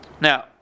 Now